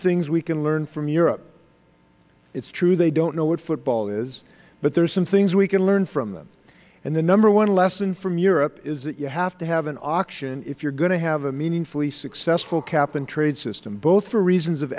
things we can learn from europe it's true they don't know what football is but there are some things we can learn from them and the number one lesson from europe is that you have to have an auction if you are going to have a meaningfully successful cap and trade system both for reasons of